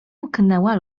mknęła